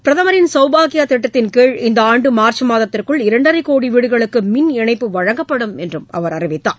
பிரதமரின் சௌபாக்கியா திட்டத்தின் கீழ் இந்த ஆண்டு மார்ச் மாதத்திற்குள் இரண்டரை கோடி வீடுகளுக்கு மின் இணைப்பு வழங்கப்படும் என்றும் அவர் அறிவித்தார்